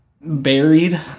buried